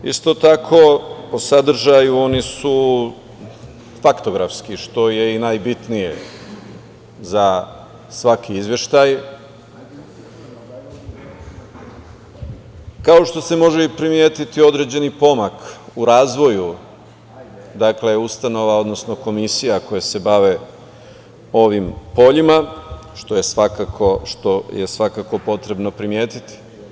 Isto tako, po sadržaju oni su faktografski, što je i najbitnije za svaki izveštaj, kao što se može i primetiti određeni pomak u razvoju ustanova, odnosno komisija koje se bave ovim poljima, što je svakako potrebno primetiti.